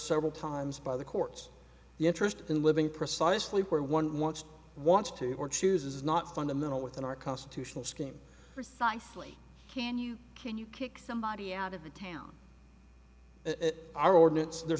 several times by the courts the interest in living precisely where one wants wants to or chooses not fundamental within our constitutional scheme precisely can you can you kick somebody out of the town are ordinates there's